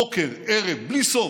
בוקר, ערב, בלי סוף.